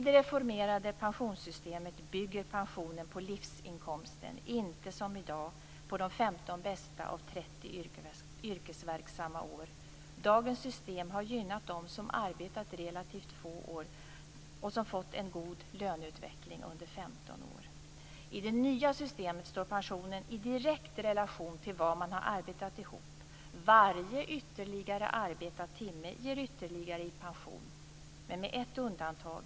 I det reformerade pensionssystemet bygger pensionen på livsinkomsten och inte som i dag på de 15 bästa av 30 yrkesverksamma år. Dagens system har gynnat dem som arbetat i relativt få år och som har fått en god löneutveckling under 15 år. I det nya systemet står pensionen i direkt relation till vad man har arbetat ihop. Varje ytterligare arbetad timme ger ytterligare i pension - men med ett undantag.